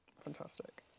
Fantastic